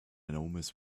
enormous